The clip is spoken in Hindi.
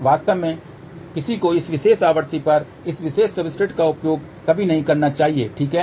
वास्तव में किसी को इस विशेष आवृत्ति पर इस विशेष सब्सट्रेट का उपयोग कभी नहीं करना चाहिए ठीक है